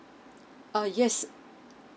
err yes